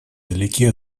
далеки